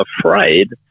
afraid